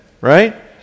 right